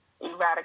eradicate